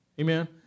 Amen